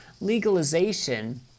legalization